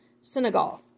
Senegal